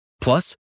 Plus